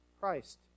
Christ